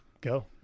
go